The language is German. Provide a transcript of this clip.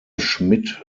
schmidt